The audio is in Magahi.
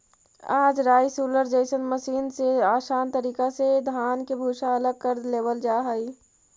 आज राइस हुलर जइसन मशीन से आसान तरीका से धान के भूसा अलग कर लेवल जा हई